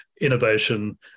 innovation